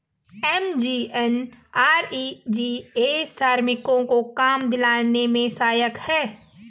MGNREGA श्रमिकों को काम दिलाने में सहायक है